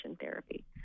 therapy